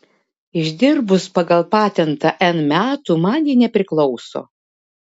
išdirbus pagal patentą n metų man ji nepriklauso